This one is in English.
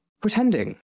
pretending